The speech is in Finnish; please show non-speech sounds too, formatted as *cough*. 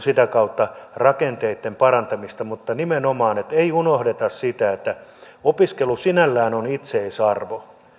*unintelligible* sitä kautta rakenteitten parantamista mutta nimenomaan ei unohdeta sitä että opiskelu sinällään on itseisarvo